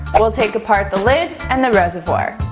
we'll take apart the lid and the reservoir.